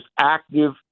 active